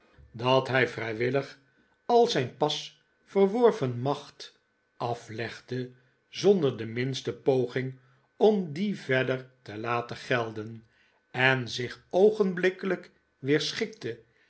dat hij vrijwillig al zijn pas verworven macht aflegde zonder de minste poging om die verder te laten gelden en maarten chuzzlewit zich